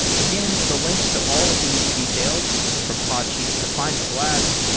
again, the links to all of these details, from podsheets, to findcollabs,